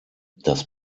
das